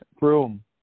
room